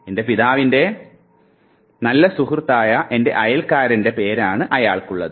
എൻറെ പിതാവിൻറെ നല്ല സുഹൃത്തായ എൻറെ അയൽക്കാരൻറെ പേരാണ് അയാൾക്കുള്ളത്